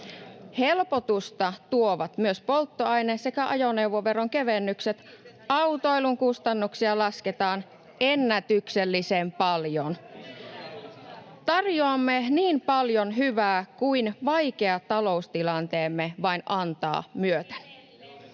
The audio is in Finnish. Helpotusta tuovat myös polttoaine- sekä ajoneuvoveron kevennykset. Autoilun kustannuksia lasketaan ennätyksellisen paljon. Tarjoamme niin paljon hyvää kuin vaikea taloustilanteemme vain antaa myöten.